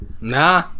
Nah